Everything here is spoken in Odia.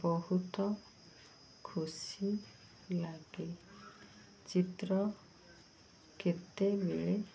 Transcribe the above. ବହୁତ ଖୁସି ଲାଗେ ଚିତ୍ର କେତେବେଳେ